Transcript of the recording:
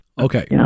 Okay